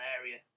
area